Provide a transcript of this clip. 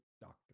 doctor